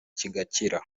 kigakira